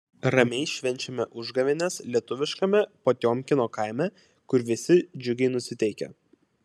ramiai švenčiame užgavėnes lietuviškame potiomkino kaime kur visi džiugiai nusiteikę